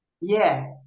Yes